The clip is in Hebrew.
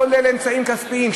כולל אמצעים כספיים,